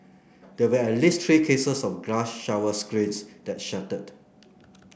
there were at least three cases of glass shower screens that shattered